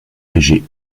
léger